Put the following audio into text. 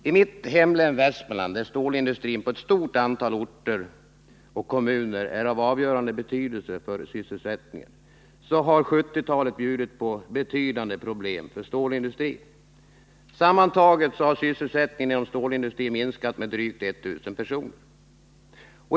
I mitt hemlän, Västmanlands lön, där stålindustrin inom ett stort antal orter och kommuner har avgörande betydelse för s Isättningen, har 1970-talet bjudit på betydande problem för stålindustrin. Sammantaget har sysselsättningen inom stålindustrin mins at med drygt 1000 personer.